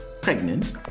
pregnant